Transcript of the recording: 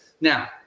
Now